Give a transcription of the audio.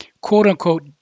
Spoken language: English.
quote-unquote